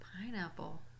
Pineapple